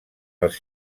els